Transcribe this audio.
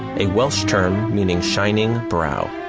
a welsh term meaning shining brow.